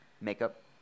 Makeup